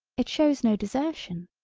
it shows no desertion.